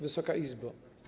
Wysoka Izbo!